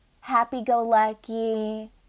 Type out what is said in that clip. happy-go-lucky